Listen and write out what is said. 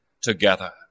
together